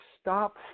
stop